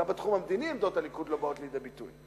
גם בתחום המדיני עמדות הליכוד לא באות לידי ביטוי,